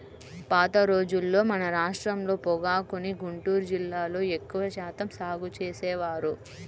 పాత రోజుల్లో మన రాష్ట్రంలో పొగాకుని గుంటూరు జిల్లాలో ఎక్కువ శాతం సాగు చేసేవారు